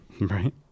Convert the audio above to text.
right